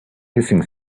hissing